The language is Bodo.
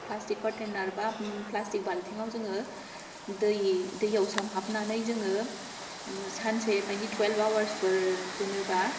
प्लास्टिक कन्टेनार बा प्लासटिक बाल्थिंआव जोङो दैयै दैयाव सोमहाबनानै जोङो सानसे बायदि टुवेल्ब आवार्सफोर दोनोबा